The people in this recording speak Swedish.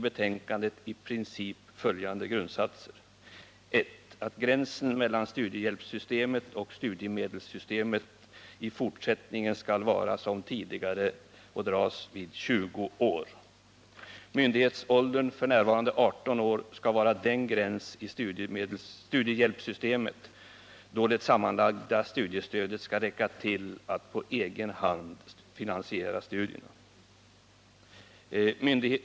18 år, skall vara den gräns i studiehjälpssystemet stöd till 18—19 då det sammanlagda studiestödet skall räcka till att på egen hand finansiera studierna. 3.